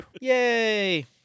yay